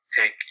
take